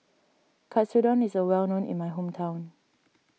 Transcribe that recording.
Katsudon is well known in my hometown